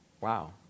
Wow